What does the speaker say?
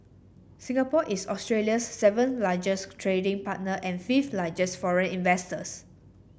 Singapore is Australia's seventh largest trading partner and fifth largest foreign investors